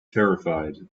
terrified